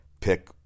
Pick